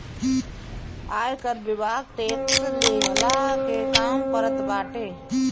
आयकर विभाग टेक्स लेहला के काम करत बाटे